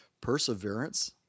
perseverance